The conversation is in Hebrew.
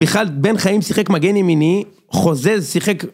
בכלל, בן חיים שיחק מגן ימיני, חוזז שיחק...